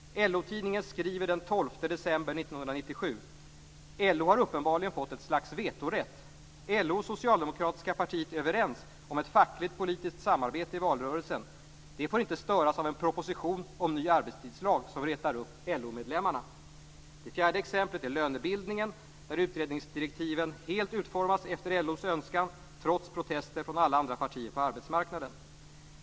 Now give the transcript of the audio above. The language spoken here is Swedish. LO-tidningen skriver den 12 december 1997: "LO har uppenbarligen fått ett slags vetorätt. LO och socialdemokratiska partiet är överens om ett fackligtpolitiskt samarbete i valrörelsen. Det får inte störas av en proposition om ny arbetstidslag som retar upp LO Det fjärde exemplet är lönebildningen, där utredningsdirektiven helt utformas efter LO:s önskan, trots protester från alla andra parter på arbetsmarknaden.